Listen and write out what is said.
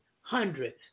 hundreds